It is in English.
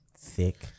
Thick